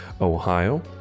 Ohio